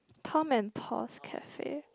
Tom and Paul's Cafe